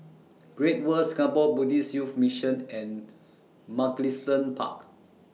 Great World Singapore Buddhist Youth Mission and Mugliston Park